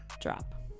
drop